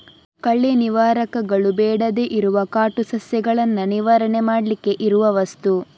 ಕಳೆ ನಿವಾರಕಗಳು ಬೇಡದೇ ಇರುವ ಕಾಟು ಸಸ್ಯಗಳನ್ನ ನಿವಾರಣೆ ಮಾಡ್ಲಿಕ್ಕೆ ಇರುವ ವಸ್ತು